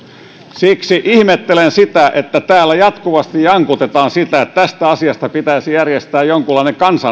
siksi ihmettelen sitä että täällä jatkuvasti jankutetaan sitä että tästä asiasta pitäisi järjestää jonkunlainen kansanäänestys